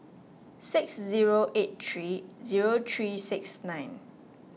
six zero eight three zero three six nine